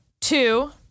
two